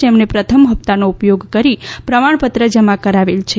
જેમણે પ્રથમ હપ્તાનો ઉપયોગ કરી પ્રમાણપત્ર જમા કરાવેલ છે